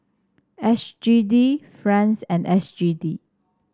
S G D franc and S G D